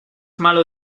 malo